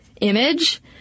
image